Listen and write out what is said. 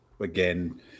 Again